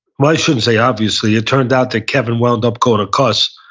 i shouldn't say obviously. it turned out that kevin wound up going to cus.